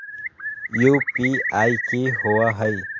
UPI कि होअ हई?